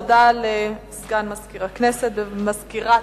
הודעה לסגן מזכירת הכנסת.